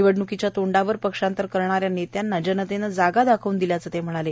निवडणुकीच्या तोंडावर पक्षांतर करणाऱ्या नेत्यांना जनतेनं जागा दाखवून दिल्याचं ते म्हणाले